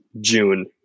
June